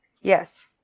Yes